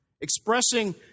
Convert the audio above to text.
expressing